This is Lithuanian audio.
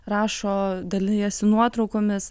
rašo dalijasi nuotraukomis